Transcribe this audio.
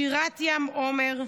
שירת ים עמר,